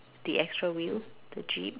the extra wheel the jeep